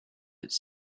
its